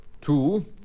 two